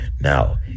now